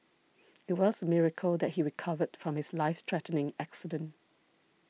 it was a miracle that he recovered from his life threatening accident